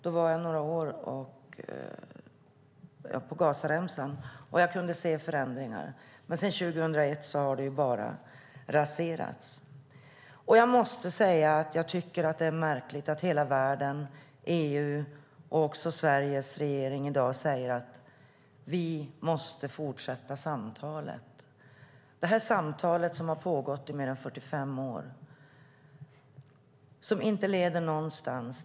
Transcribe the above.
Några år var jag då på Gazaremsan och kunde se förändringar. Men sedan 2001 har det bara raserats. Jag måste säga att det är märkligt att hela världen, också EU och Sveriges regering, i dag säger: Vi måste fortsätta samtalet. Men det här samtalet har pågått i mer än 45 år och leder inte någonstans.